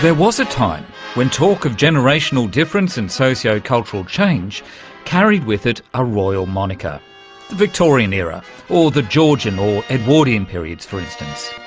was a time when talk of generational difference and socio-cultural change carried with it a royal moniker, the victorian era or the georgian or edwardian periods for instance.